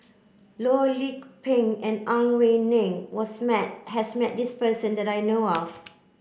Loh Lik Peng and Ang Wei Neng was met has met this person that I know of